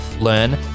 learn